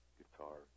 guitar